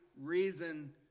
reason